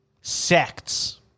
sects